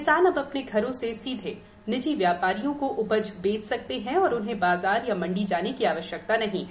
किसान अब अपने घरों से सीधे निजी व्यापारियों को उपज बेच सकते हैं और उन्हें बाजार या मंडी जाने की आवश्यकता नहीं है